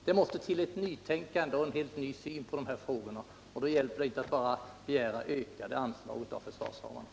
Det måste till ett nytänkande och en helt ny syn på de här frågorna, och då hjälper det inte att bara begära ökade anslag till försvaret.